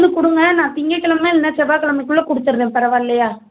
இல்லை கொடுங்க நான் திங்கக்கிலம இல்லைன்னா செவ்வாக்கிலமைக்குள்ள கொடுத்துர்றேன் பரவாயில்லயா